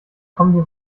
kommen